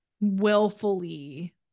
willfully